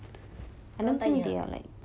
tiada orang tanya